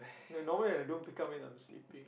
If I normally I don't pick up means I'm sleeping